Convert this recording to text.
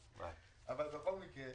לא אולם לרכבת,